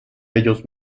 ellos